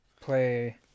play